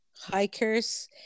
hikers